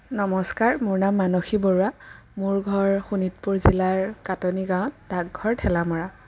নমস্কাৰ মোৰ নাম মানসী বৰুৱা মোৰ ঘৰ শোণিতপুৰ জিলাৰ কাটনী গাঁৱত ডাকঘৰ ঠেলামৰা